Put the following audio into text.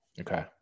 Okay